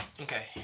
Okay